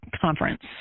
conference